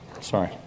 Sorry